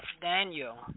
Daniel